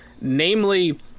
Namely